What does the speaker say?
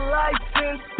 license